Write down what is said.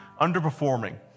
underperforming